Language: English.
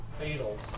...fatals